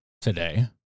today